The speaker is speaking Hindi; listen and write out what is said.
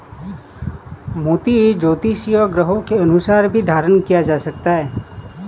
मोती ज्योतिषीय ग्रहों के अनुसार भी धारण किया जाता है